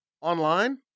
Online